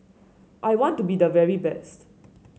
I want to be the very best